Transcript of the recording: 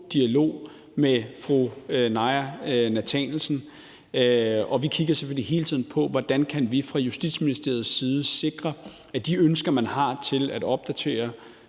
dialog med fru Naaja Nathanielsen, og vi kigger selvfølgelig hele tiden på, hvordan vi fra Justitsministeriets side kan sikre, at vi så hurtigt som